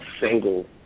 single